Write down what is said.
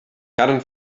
carn